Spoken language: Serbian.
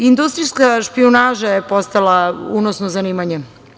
Industrijska špijunaža je postala unosno zanimanje.